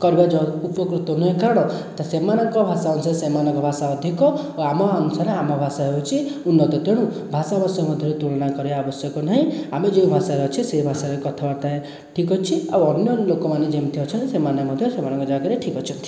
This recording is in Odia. କବଜ ଉପକୃତ ତ ସେମାନଙ୍କ ଭାଷା ଅନୁସାରେ ସେମାନଙ୍କ ଭାଷା ଅଧିକ ଆମ ଅନୁସାରେ ଆମ ଭାଷା ହେଉଛି ଉନ୍ନତ ତେଣୁ ଭାଷା ଭାଷା ମଧ୍ୟରେ ତୁଳନା କରିବା ଆବଶ୍ୟକ ନାହିଁ ଆମେ ଯେଉଁ ଭାଷାରେ ଅଛେ ସେହି ଭାଷାରେ କଥାବାର୍ତ୍ତା ଠିକ ଅଛି ଆଉ ଅନ୍ୟାନ୍ୟ ଲୋକମାନେ ଯେମିତି ଅଛନ୍ତି ସେମାନେ ମଧ୍ୟ ସେମାନଙ୍କ ଜାଗାରେ ଠିକ ଅଛନ୍ତି